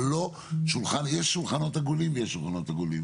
אבל למדנו שיש שולחנות עגולים ויש שולחנות עגולים.